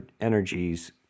energies